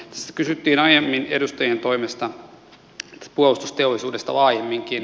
tässä kysyttiin aiemmin edustajien toimesta puolustusteollisuudesta laajemminkin